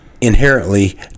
inherently